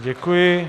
Děkuji.